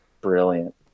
brilliant